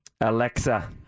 Alexa